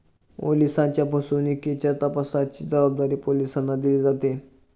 ओलिसांच्या फसवणुकीच्या तपासाची जबाबदारी पोलिसांना दिली जाते